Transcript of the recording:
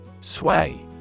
Sway